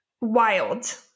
wild